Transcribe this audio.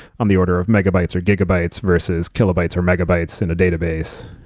on the order of megabytes or gigabytes versus kilobytes or megabytes in a database.